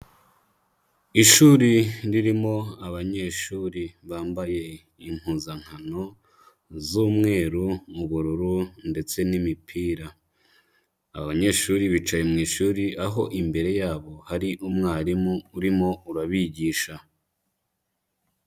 Ishuri ririmo abanyeshuri bambaye impuzankano z'umweru n'ubururu ndetse n'imipira, abanyeshuri bicaye mu ishuri aho imbere yabo hari umwarimu urimo urabigisha.